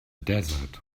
desert